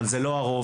אבל זה לא הרוב,